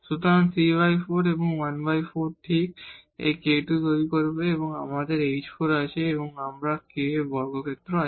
সুতরাং 34 এবং এই 14 ঠিক এই k2 তৈরি করবে এবং আমাদের h4 আছে এবং আমাদের k স্কোয়ার আছে